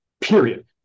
period